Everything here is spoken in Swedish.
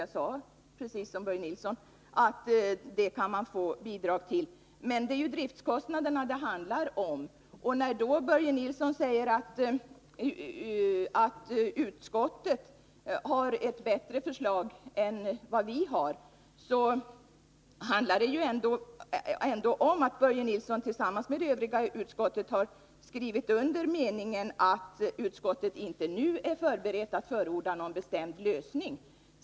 Jag påpekade, precis som Börje Nilsson, att man kan få bidrag till dem. Men det är ju driftkostnaderna det gäller. Börje Nilsson säger att utskottet har ett bättre förslag än vad vi har. Men vad det handlar om är ändå att Börje Nilsson tillsammans med övriga ledamöter av utskottet har skrivit under meningen att utskottet inte nu är berett att förorda någon bestämd lösning.